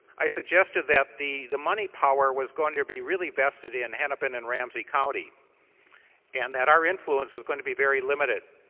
i suggested that the the money power was going to be really vested in hennepin and ramsey county and that are influences going to be very limited.